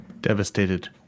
devastated